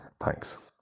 Thanks